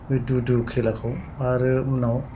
बे दु दु खेलाखौ आरो उनाव